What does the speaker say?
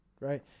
right